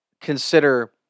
consider